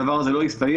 הדבר הזה לא הסתייע.